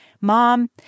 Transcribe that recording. mom